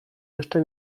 jeszcze